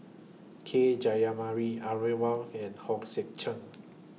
K Jayamani and Hong Sek Chern